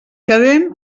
quedem